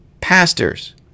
pastors